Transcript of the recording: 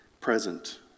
present